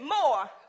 more